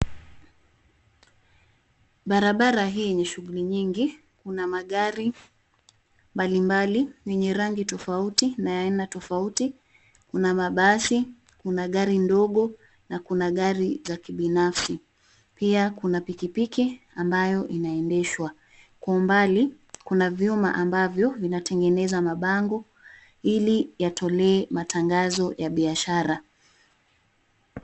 Barabara hii yenye shughuli nyingi. Kuna magari mbalimbali wenye rangi tofauti na aina tofauti. Kuna mabasi, kuna gari ndogo na kuna gari za kibinafsi, pia kuna pikipiki ambayo inaendeshwa. Kwa umbali kuna vyuma ambavyo vinatengeneza mabango ili yatolee matangazo ya biashara.